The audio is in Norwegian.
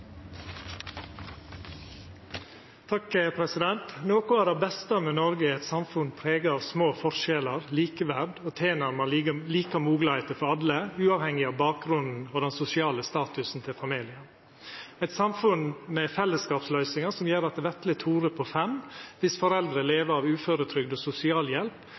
Noko av det beste med Noreg er eit samfunn prega av små forskjellar, likeverd og tilnærma like moglegheiter for alle uavhengig av bakgrunn og den sosiale statusen til familien, eit samfunn med fellesskapsløysingar som gjer at vesle Tove på fem, med foreldre som lever av uføretrygd og sosialhjelp,